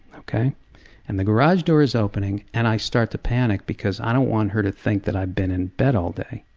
and the garage door is opening, and i start to panic, because i don't want her to think that i've been in bed all day,